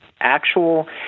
actual